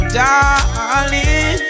darling